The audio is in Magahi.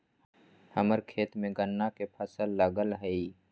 हम्मर खेत में गन्ना के फसल लगल हई